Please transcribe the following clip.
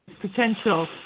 potential